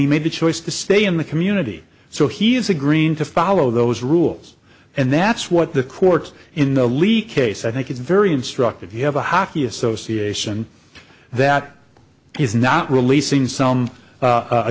he made the choice to stay in the community so he is a green to follow those rules and that's what the courts in the leak case i think is very instructive he have a hockey association that is not releasing some